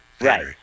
Right